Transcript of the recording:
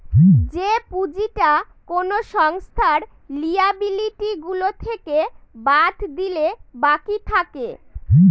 যে পুঁজিটা কোনো সংস্থার লিয়াবিলিটি গুলো থেকে বাদ দিলে বাকি থাকে